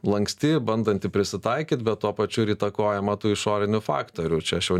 lanksti bandanti prisitaikyt bet tuo pačiu ir įtakojama tų išorinių faktorių čia aš jau